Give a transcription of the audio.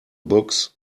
books